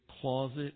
closet